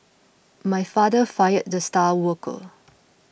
my father fired the star worker